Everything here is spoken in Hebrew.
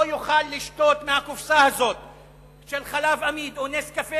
לא יוכל לשתות מהקופסה הזאת של חלב עמיד או נס קפה